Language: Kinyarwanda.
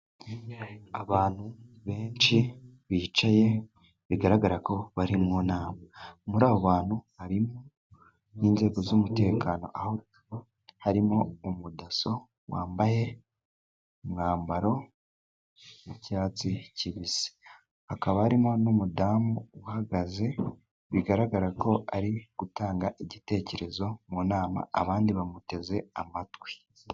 Abantu benshi bicaye bigaragara ko bari mu nama. Muri abo bantu harimo n'inzego z'umutekano, aho harimo umudaso wambaye umwambaro w'icyatsi kibisi, hakaba harimo n'umudamu uhagaze, bigaragara ko ari gutanga igitekerezo mu nama, abandi bamuteze amatwi.